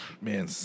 man